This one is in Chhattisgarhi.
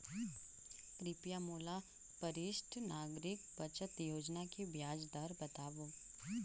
कृपया मोला वरिष्ठ नागरिक बचत योजना के ब्याज दर बतावव